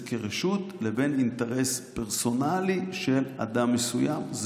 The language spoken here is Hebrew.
כרשות לבין אינטרס פרסונלי של אדם מסוים.